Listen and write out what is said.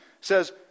says